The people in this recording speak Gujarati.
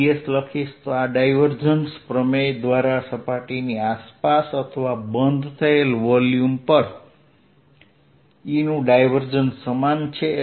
ds લખીશ તો આ ડાયવર્જન્સ પ્રમેય દ્વારા સપાટીની આસપાસ અથવા બંધ થયેલ વોલ્યુમ પર E નું ડાયવર્જન્સ સમાન છે